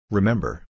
Remember